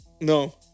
No